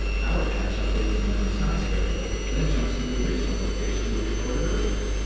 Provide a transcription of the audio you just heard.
our patch updates the memory size variable, then jumps to the original location we recorded earlier.